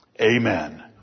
amen